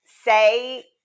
say –